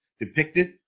depicted